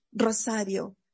Rosario